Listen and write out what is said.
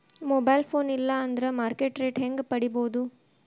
Mobile phone ಇಲ್ಲಾ ಅಂದ್ರ market rate ಹೆಂಗ್ ಪಡಿಬೋದು?